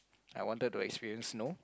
I wanted to experience snow